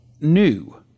new